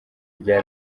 rya